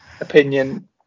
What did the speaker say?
opinion